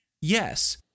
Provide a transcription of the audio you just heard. yes